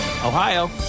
Ohio